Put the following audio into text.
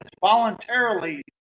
voluntarily